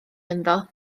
ynddo